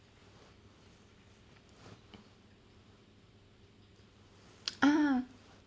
ah